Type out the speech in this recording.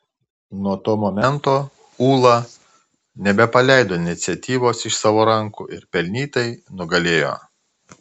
nuo to momento ūla nebepaleido iniciatyvos iš savo rankų ir pelnytai nugalėjo